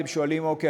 אתם שואלים: אוקיי,